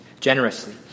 generously